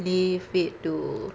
leave it to